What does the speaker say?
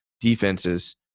defenses